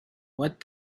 what